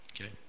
okay